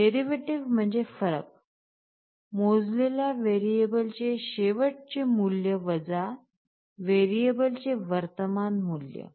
derivative म्हणजे फरक मोजलेल्या व्हेरिएबलचे शेवटचे मूल्य वजा व्हेरिएबलचे वर्तमान मूल्य